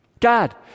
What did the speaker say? God